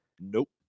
nope